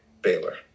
Baylor